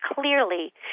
clearly